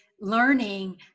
learning